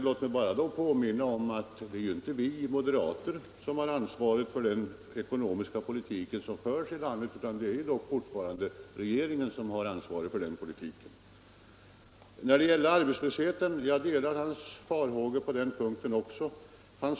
Låt mig därför påminna om att det inte är vi moderater som har ansvaret för den ekonomiska politik som förs i landet, utan det är fortfarande regeringen som har det ansvaret. Jag delar herr Knut Johanssons farhågor när det gäller arbetslösheten.